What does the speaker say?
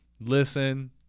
listen